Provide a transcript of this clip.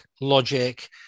logic